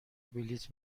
بلیط